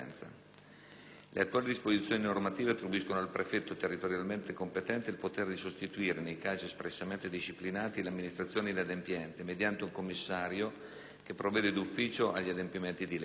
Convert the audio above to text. Le attuali disposizioni normative attribuiscono al prefetto territorialmente competente il potere di sostituire, nei casi espressamente disciplinati, l'amministrazione inadempiente mediante un commissario che provvede d'ufficio agli adempimenti di legge.